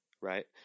right